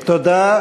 תודה.